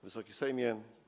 Wysoki Sejmie!